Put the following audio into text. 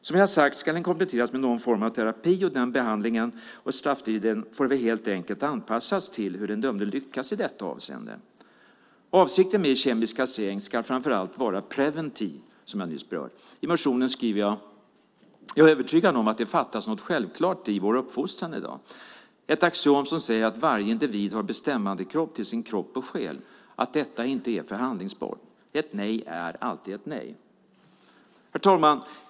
Som jag sagt ska den kompletteras med någon form av terapi och behandlingen och strafftiden får väl helt enkelt anpassas till hur den dömde lyckas i detta avseende. Avsikten med kemisk kastrering ska framför allt vara preventiv, som jag nyss berörde. I motionen skriver jag att "jag är övertygad om att det fattas något självklart i vår uppfostran idag - ett axiom som säger att varje individ har bestämmanderätt till sin kropp och själ. Och att detta inte är förhandlingsbart! Ett nej är alltid ett nej!" Herr talman!